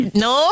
no